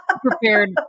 prepared